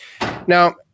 Now